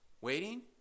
waiting